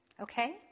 Okay